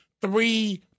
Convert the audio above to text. three